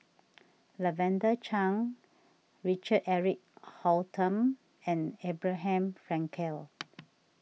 Lavender Chang Richard Eric Holttum and Abraham Frankel